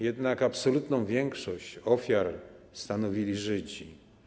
Jednak absolutną większość ofiar stanowili Żydzi.